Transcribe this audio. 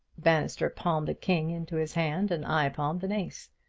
bannister palmed a king into his hand and i palmed an ace.